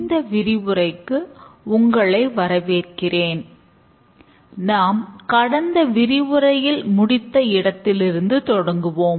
இந்த விரிவுரைக்கு உங்களை வரவேற்கிறேன் நாம் கடந்த விரிவுரையில் முடித்த இடத்திலிருந்த தொடங்குவோம்